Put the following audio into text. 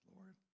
Lord